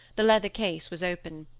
the leather case was open.